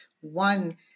One